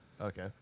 Okay